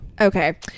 Okay